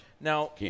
Now